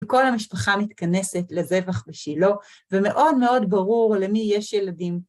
כל המשפחה מתכנסת לזבח בשילה, ומאוד מאוד ברור למי יש ילדים.